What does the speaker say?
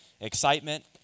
excitement